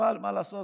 אבל מה לעשות,